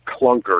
clunker